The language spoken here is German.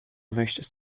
möchtest